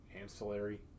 ancillary